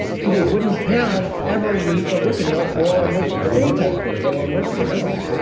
so they wouldn't have ever a need for a root canal or a mercury or any type of filling, let alone mercury amalgam.